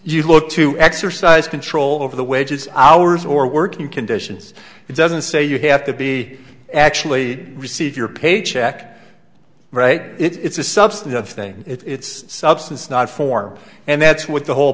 you look to exercise control over the wages hours or working conditions it doesn't say you have to be actually receive your paycheck right it's a substantive thing it's substance not form and that's what the whole